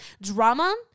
drama